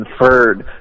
inferred